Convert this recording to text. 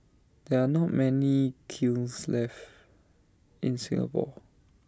there are not many kilns left in Singapore